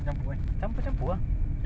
sedap ke